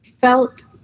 felt